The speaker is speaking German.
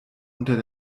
unter